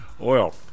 Oil